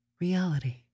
reality